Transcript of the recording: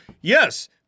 yes